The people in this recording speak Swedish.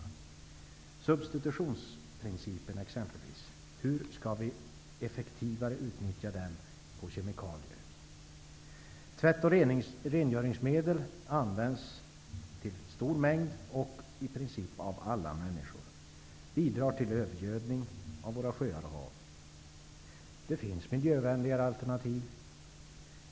Hur skall vi effektivare utnyttja exempelvis substitutionsprincipen för kemikalier? Tvätt och rengöringsmedel används i stor mängd och i princip av alla människor. Dessa bidrar till övergödning av våra sjöar och hav. Det finns miljövänligare alternativ.